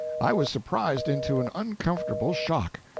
i was surprised into an uncomfortable shock.